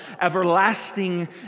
everlasting